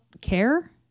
care